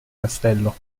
castello